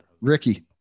ricky